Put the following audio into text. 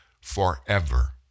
forever